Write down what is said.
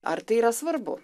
ar tai yra svarbu